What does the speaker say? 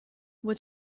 what